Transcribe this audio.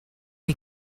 chi